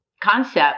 concept